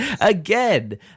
Again